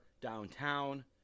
downtown